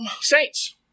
Saints